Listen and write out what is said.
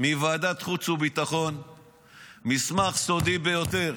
מוועדת החוץ והביטחון מסמך סודי ביותר,